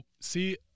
see